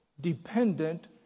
dependent